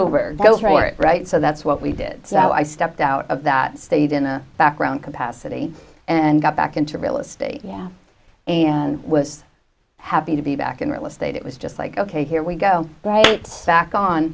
over right so that's what we did so i stepped out of that stage in the background capacity and got back into real estate yeah and was happy to be back in real estate it was just like ok here we go right back on